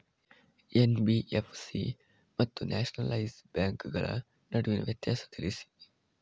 NBFC ಮತ್ತು nationalise ಬ್ಯಾಂಕುಗಳ ನಡುವಿನ ವ್ಯತ್ಯಾಸವನ್ನು ತಿಳಿಸಿ?